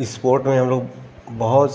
sport में हम लोग बहुत